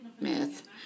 myth